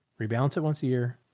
rebalance it once a year.